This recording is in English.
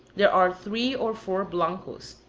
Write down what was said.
there are three or four blancos,